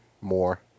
more